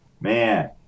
man